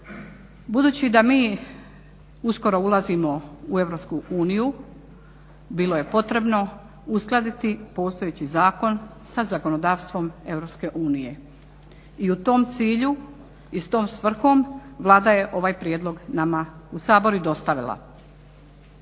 Budući da mi uskoro ulazimo u Europsku uniju bilo je potrebno uskladiti postojeći zakon sa zakonodavstvom Europske unije. I u tom cilju i s tom svrhom Vlada je ovaj prijedlog nama u Saboru i dostavila.